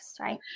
right